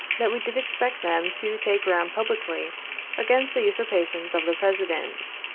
that we did expect them to take ground publicly against the usurpations of the president.